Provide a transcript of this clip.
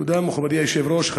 תודה, מכובדי היושב-ראש.